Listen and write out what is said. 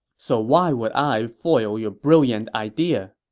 so why would i foil your brilliant idea?